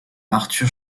artur